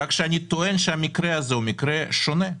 רק אני טוען שהמקרה הזה הוא מקרה שונה.